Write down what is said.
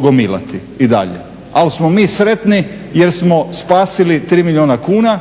gomilati i dalje. Ali smo mi sretni jer smo spasili 3 milijuna kuna,